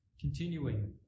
Continuing